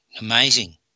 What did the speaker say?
Amazing